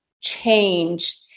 change